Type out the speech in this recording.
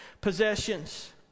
possessions